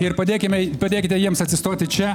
ir padėkime padėkite jiems atsistoti čia